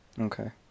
Okay